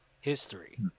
history